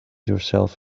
yourself